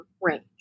range